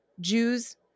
Jews